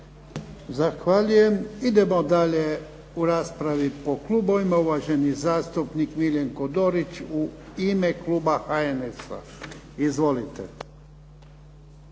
Zahvaljujem. Idemo dalje u raspravi po klubovima. Uvaženi zastupnik Miljenko Dorić u ime kluba HNS-a. Izvolite.